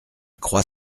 croix